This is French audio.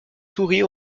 souris